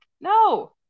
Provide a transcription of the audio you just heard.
no